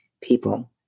people